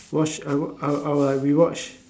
watch I w~ I I will like rewatch